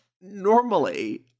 normally